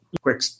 quick